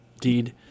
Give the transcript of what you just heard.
deed